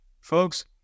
Folks